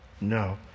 No